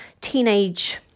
teenage